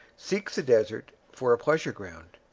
seeks the desert for a pleasure-ground.